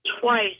Twice